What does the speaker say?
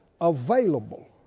available